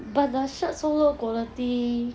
but the shirt so low quality